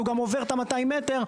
הוא גם עובר את ה-200 מ"ר,